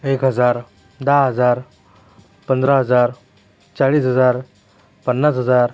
एक हजार दहा हजार पंधरा हजार चाळीस हजार पन्नास हजार